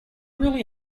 really